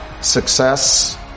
Success